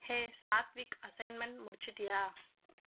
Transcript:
hey Sathvik assignment முடிச்சிட்டியா